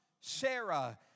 Sarah